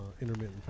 intermittent